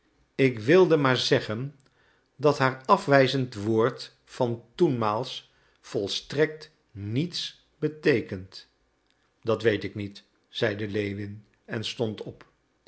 ik wilde maar zeggen dat haar afwijzend woord van toenmaals volstrekt niets beteekent dat weet ik niet zeide lewin en stond op